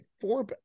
four